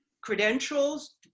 credentials